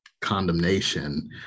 condemnation